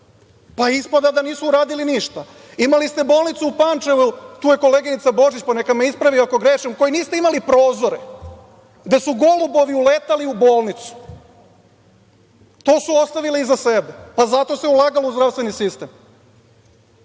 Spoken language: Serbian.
Ispada da nisu uradili ništa. Imali ste bolnicu u Pančevu, tu je koleginica Božić, pa neka me ispravi ako grešim, u kojoj niste imali prozore, gde su golubovi uletali u bolnicu. To su ostavili iza sebe. Zato se ulagalo u zdravstveni sistem,